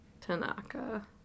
Tanaka